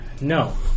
No